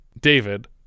David